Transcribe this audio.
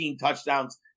touchdowns